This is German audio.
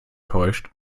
täuscht